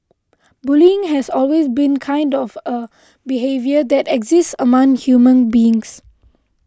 bullying has always been kind of a behaviour that exists among human beings